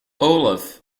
olaf